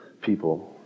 people